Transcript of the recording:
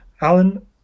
Alan